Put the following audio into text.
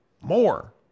more